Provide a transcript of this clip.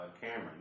Cameron